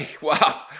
Wow